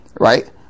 Right